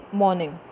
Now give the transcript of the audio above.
morning